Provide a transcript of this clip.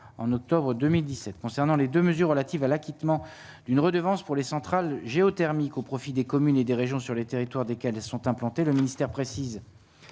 en octobre 2017 concernant les 2 mesures relatives à l'acquittement d'une redevance pour les centrales géothermiques au profit des communes et des régions sur le territoire desquelles sont implantées, le ministère précise